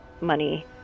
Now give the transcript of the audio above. money